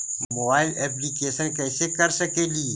Mobile application कैसे कर सकेली?